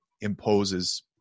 imposes